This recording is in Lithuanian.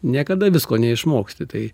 niekada visko neišmoksti tai